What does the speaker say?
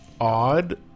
odd